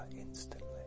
instantly